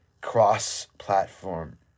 cross-platform